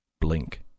Blink